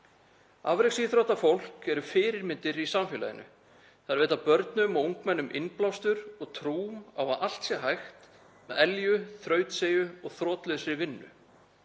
Afreksíþróttafólk er fyrirmyndir í samfélaginu. Það veitir börnum og ungmennum innblástur og trú á að allt sé hægt með elju, þrautseigju og þrotlausri vinnu.